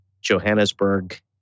Johannesburg